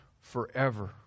forever